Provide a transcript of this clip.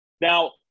now